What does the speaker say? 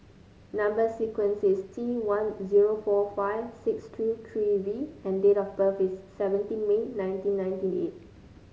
number sequence is T one zero four five six two three V and date of birth is seventeen May nineteen ninety eight